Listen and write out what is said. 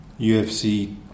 UFC